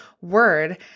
word